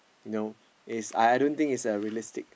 no is I I don't is a realistic